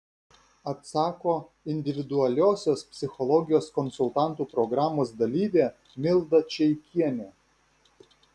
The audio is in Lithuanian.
atsako individualiosios psichologijos konsultantų programos dalyvė milda čeikienė